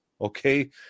Okay